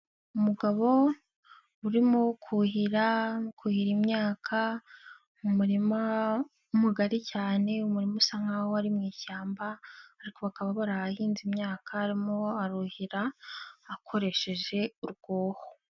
Umugabo urimo kuhira arimo kuhira imyaka mu murima mugari cyane, umurima usa nkaho wari mu ishyamba ariko bakaba barahinze imyaka arimo aruhira akoresheje urwuho.